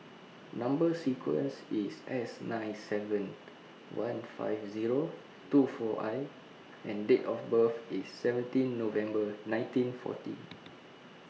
Number sequence IS S nine seven one five Zero two four I and Date of birth IS seventeen November nineteen forty